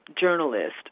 journalist